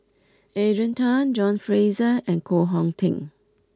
Adrian Tan John Fraser and Koh Hong Teng